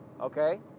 Okay